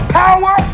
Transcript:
power